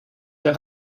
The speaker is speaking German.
der